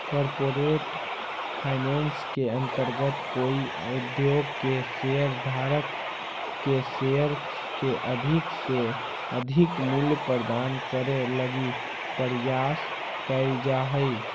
corporate finance के अंतर्गत कोई उद्योग के शेयर धारक के शेयर के अधिक से अधिक मूल्य प्रदान करे लगी प्रयास कैल जा हइ